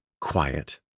Quiet